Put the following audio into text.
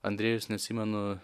andrėjus neatsimenu